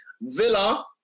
Villa